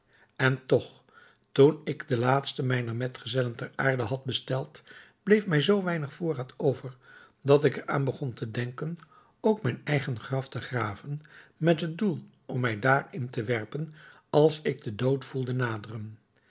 en toch toen ik den laatsten mijner medgezellen ter aarde had besteld bleef mij zoo weinig voorraad over dat ik er aan begon te denken ook mijn eigen graf te graven met het doel om mij daarin te werpen als ik den dood voelde naderen